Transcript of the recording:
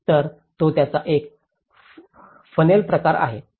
तर तो त्याचा एक फनेल प्रकार आहे